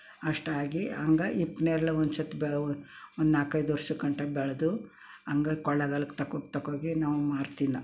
ಅಷ್ಟಾಗಿ ಅಂಗ ಹಿಪ್ಪು ನೇರಳೆ ಒಂದ್ಸರ್ತಿ ಬೆ ಒಂದು ನಾಲ್ಕೈದು ವರ್ಷಕ್ಕೆ ಗಂಟ ಬೆಳೆದು ಅಂಗ ಕೊಳ್ಳೆಗಾಲಕ್ಕೆ ತಕೋಗಿ ತಕೋಗಿ ನಾವು ಮಾರ್ತಿಲ್ಲ